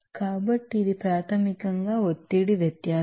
కాబట్టి ఇది ప్రాథమికంగా ఒత్తిడి వ్యత్యాసం